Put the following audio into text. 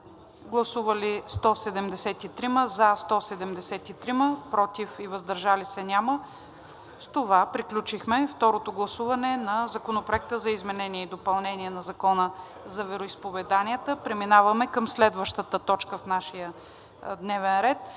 представители: за 173, против и въздържали се няма. С това приключихме второто гласуване на Законопроекта за изменение и допълнение на Закона за вероизповеданията. Преминаваме към следващата точка в нашия дневен ред,